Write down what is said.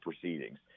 proceedings